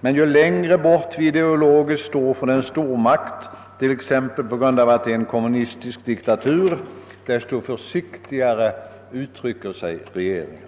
Men ju längre bort vi står ideologiskt från en viss stormakt — t.ex. på grund av att den är en kommunistisk diktatur -— desto försiktigare uttrycker sig regeringen.